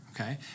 okay